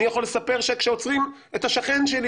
אני יכול לספר שכשעוצרים את השכן שלי